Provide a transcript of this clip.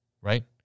right